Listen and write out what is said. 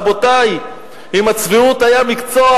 רבותי, אם הצביעות היה מקצוע,